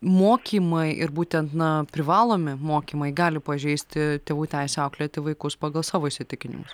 mokymai ir būtent na privalomi mokymai gali pažeisti tėvų teisę auklėti vaikus pagal savo įsitikinimus